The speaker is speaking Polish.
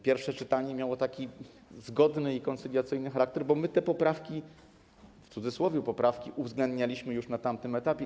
Pierwsze czytanie miało zgodny i koncyliacyjny charakter, bo my te poprawki - w cudzysłowie poprawki - uwzględnialiśmy już na tamtym etapie.